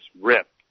ripped